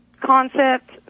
concept